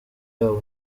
yabo